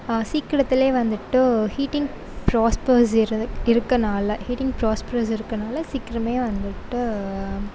சீக்கிரத்துலேயே வந்துவிட்டு ஹீட்டிங் ப்ரோஸ்பர்ஸி இருந்து இருக்கனால ஹீட்டிங் ப்ரோஸ்பர்ஸி இருக்கனால சீக்கிரமே வந்துவிட்டு